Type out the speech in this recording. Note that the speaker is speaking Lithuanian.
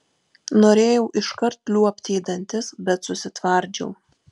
norėjau iškart liuobti į dantis bet susitvardžiau